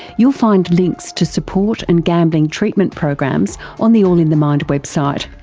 you'll find links to support and gambling treatment programs on the all in the mind website.